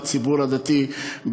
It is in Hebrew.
הציבור הדתי,